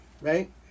right